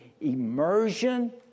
immersion